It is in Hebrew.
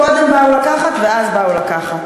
"קודם באו לקחת, ואז באו לקחת",